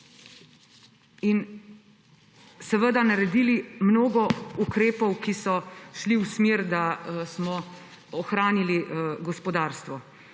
mest in naredili mnogo ukrepov, ki so šli v smeri, da smo ohranili gospodarstvo.